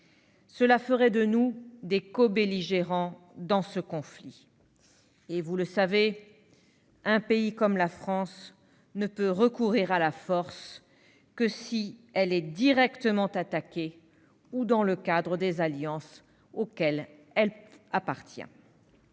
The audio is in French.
Il ferait de nous des cobelligérants de ce conflit. Or un pays comme la France ne peut recourir à la force que s'il est directement attaqué ou dans le cadre des alliances auxquelles il appartient.